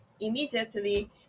immediately